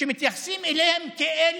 שמתייחסים אליהם כאל